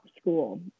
school